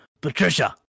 Patricia